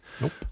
Nope